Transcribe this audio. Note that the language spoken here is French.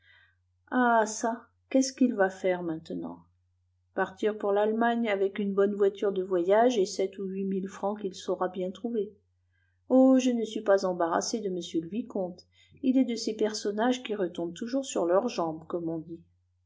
ah çà qu'est-ce qu'il va faire maintenant partir pour l'allemagne avec une bonne voiture de voyage et sept ou huit mille francs qu'il saura bien trouver oh je ne suis pas embarrassé de m le vicomte il est de ces personnages qui retombent toujours sur leurs jambes comme on dit